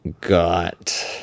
got